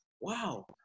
wow